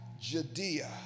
Judea